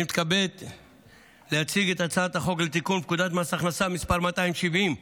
אני מתכבד להציג את הצעת חוק לתיקון פקודת מס הכנסה (מס' 270)